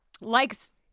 likes